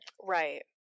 Right